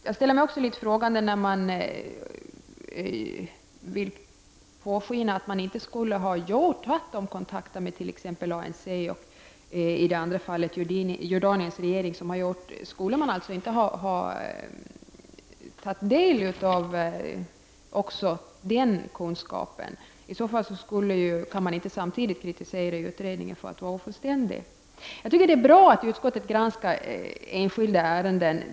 Jag ställer mig också något frågande när man låter påskina att vi inte skulle ha tagit kontakt med t.ex. ANC och i det andra fallet Jordaniens regering. Borde man inte ha tagit del av också den kunskapen? I annat fall kan man inte samtidigt kritisera utredningen för att vara ofullständig. Jag tycker att det är bra att utskottet granskar enskilda ärenden.